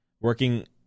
Working